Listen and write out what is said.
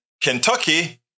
Kentucky